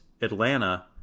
atlanta